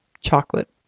chocolate